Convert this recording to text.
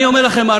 אני אומר לכם,